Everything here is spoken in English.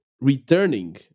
returning